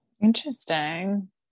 Interesting